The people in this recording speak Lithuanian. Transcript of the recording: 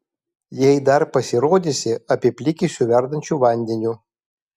jei dar pasirodysi apiplikysiu verdančiu vandeniu